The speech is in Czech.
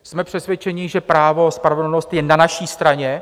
Jsme přesvědčeni, že právo a spravedlnost je na naší straně.